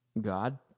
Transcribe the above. God